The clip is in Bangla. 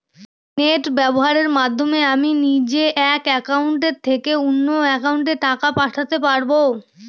নেট ব্যবহারের মাধ্যমে আমি নিজে এক অ্যাকাউন্টের থেকে অন্য অ্যাকাউন্টে টাকা পাঠাতে পারব?